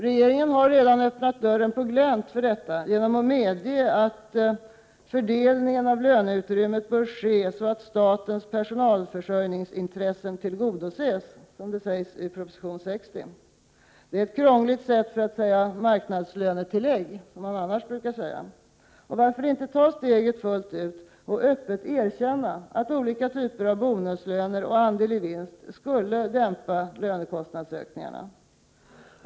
Regeringen har redan öppnat dörren på glänt för detta genom att medge att, som det sägs i proposition 60, ”fördelningen av löneutrymmet bör ske så att statens personalförsörjningsintressen tillgodoses”. Det är ett krångligt sätt att säga marknadslönetillägg, ett ord som man annars brukar använda. Varför inte ta steget fullt ut och öppet erkänna att olika typer av bonuslöner och andel-i-vinst skulle dämpa lönekostnadsökningarna?